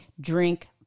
drink